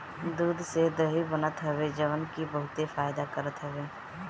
दूध से दही बनत हवे जवन की बहुते फायदा करत हवे